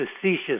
facetious